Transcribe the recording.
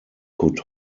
could